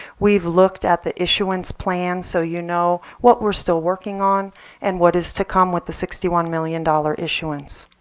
we've looked at the issuance plan so you know what we're still working on and what is to come with the sixty one million dollars issuance.